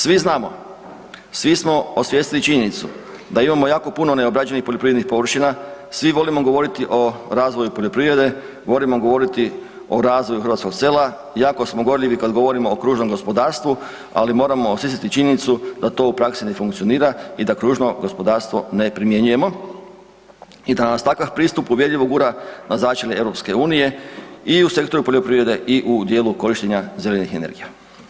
Svi znamo, svi smo osvijestili činjenicu da imamo jako puno neobrađenih poljoprivrednih površina, svi volimo govoriti o razvoju poljoprivrede, volimo govoriti o razvoju hrvatskog sela, jako smo gorljivi kad govorimo o kružnom gospodarstvu, ali moramo osvijestiti činjenicu da to u praksi ne funkcionira i da kružno gospodarstvo ne primjenjujemo i da nas takav pristup uvjerljivo gura na začelje EU i u sektoru poljoprivrede i u dijelu korištenja zelenih energija.